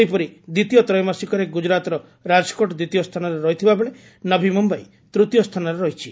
ସେହିପରି ଦ୍ୱିତୀୟ ତ୍ରୟୋମାସିକରେ ଗୁଜରାତର ରାଜକୋଟ୍ ଦ୍ୱିତୀୟ ସ୍ଥାନରେ ରହିଥିବା ବେଳେ ନଭି ମୁମ୍ବାଇ ତୂତୀୟ ସ୍ଥାନରେ ରହିଛି